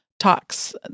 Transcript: Talks